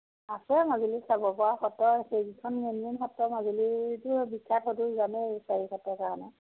আছে মাজুলীত চাব পৰা সত্ৰ সেইকেইখন মেইন মেইন সত্ৰ মাজুলীৰতো বিখ্যাত সেইটো জানেই চাৰি সত্ৰৰ কাৰণে